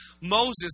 Moses